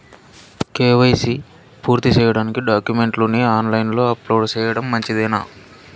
KYC పూర్తి సేయడానికి డాక్యుమెంట్లు ని ఆన్ లైను లో అప్లోడ్ సేయడం మంచిదేనా?